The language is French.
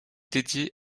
dédiée